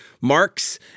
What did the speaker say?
Marks